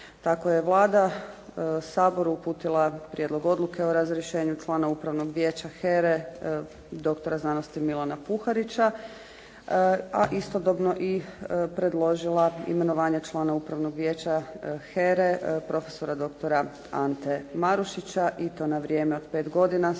Kako je Vlada Saboru uputila Prijedlog odluke o razrješenju člana Upravnog vijeća HERA-e doktora znanosti Milana Puharića, a istodobno i predložila imenovanje člana Upravnog vijeća HERA-e profesora doktora Ante Marušića i to na vrijeme od 5 godina sa